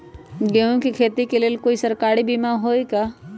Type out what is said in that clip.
गेंहू के खेती के लेल कोइ सरकारी बीमा होईअ का?